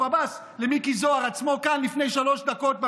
עבאס למיקי זוהר עצמו לפני שלוש דקות כאן,